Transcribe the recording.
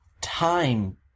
time